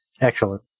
Excellent